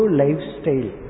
lifestyle